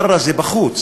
ברה זה בחוץ.